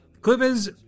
Clippers